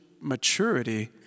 maturity